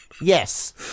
Yes